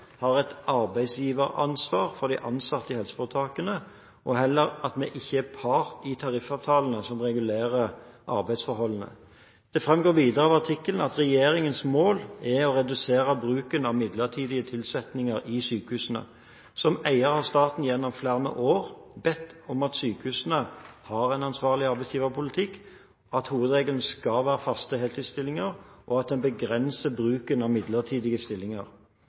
har et arbeidsgiveransvar for de ansatte i helseforetakene, og heller ikke er part i tariffavtalene som regulerer arbeidsforholdene. Det framgår videre av artikkelen at regjeringens mål er å redusere bruken av midlertidige ansettelser i sykehusene. Som eier har staten gjennom flere år bedt om at sykehusene har en ansvarlig arbeidsgiverpolitikk, at hovedregelen skal være faste heltidsstillinger, og at en begrenser bruken av midlertidige stillinger.